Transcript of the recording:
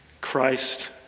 Christ